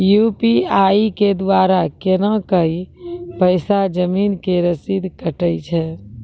UPI के द्वारा केना कऽ पैसा जमीन के रसीद कटैय छै?